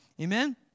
amen